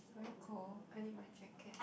very cold I need my jacket